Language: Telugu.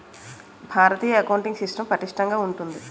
భారతీయ అకౌంటింగ్ సిస్టం పటిష్టంగా ఉంటుంది